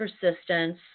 persistence